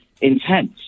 intense